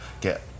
get